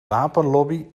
wapenlobby